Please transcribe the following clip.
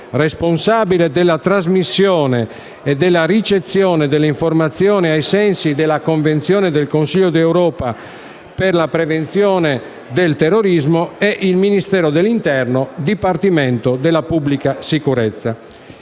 responsabile della trasmissione e della ricezione delle informazioni, ai sensi della Convenzione del Consiglio d'Europa per la prevenzione del terrorismo, è il Ministero dell'interno, Dipartimento della pubblica sicurezza.